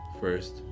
first